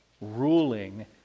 ruling